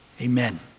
Amen